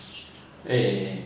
ah